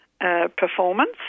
Performance